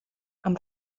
amb